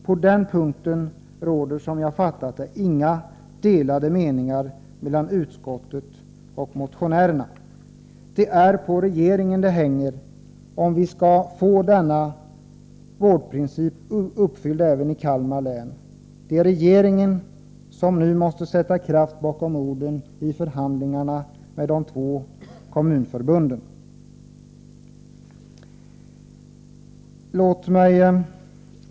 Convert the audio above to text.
Såvitt jag förstår råder det inga delade meningar på den punkten mellan utskottet och motionärerna. Det är på regeringen som det hänger om denna vårdprincip skall gälla även för Kalmar län. Det är regeringen som måste sätta kraft bakom orden vid förhandlingarna med de två kommunförbunden. Herr talman!